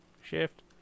shift